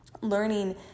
learning